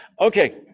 Okay